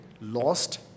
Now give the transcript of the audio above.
lost